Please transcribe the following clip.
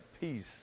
peace